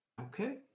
Okay